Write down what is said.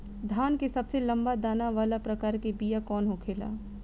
धान के सबसे लंबा दाना वाला प्रकार के बीया कौन होखेला?